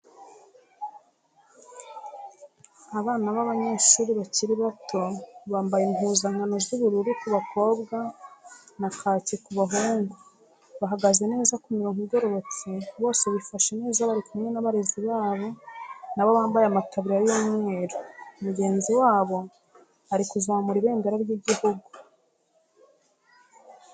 Abana b'abanyeshuri bakiri bato bambaye impuzankano z'ubururu ku bakobwa na kaki ku bahungu, bahagaze neza ku mirongo igororotse bose bifashe neza bari kumwe n'abarezi babo nabo bambaye amataburiya y'umweru mugenzi wabo ari kuzamura ibendera ry'igihugu.